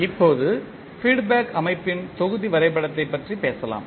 இப்போது feedback அமைப்பின் தொகுதி வரைபடத்தைப் பற்றி பேசலாம்